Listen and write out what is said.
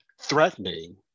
threatening